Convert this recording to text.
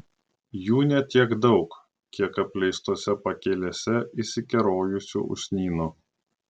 jų ne tiek daug kiek apleistose pakelėse išsikerojusių usnynų